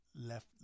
left